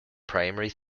primary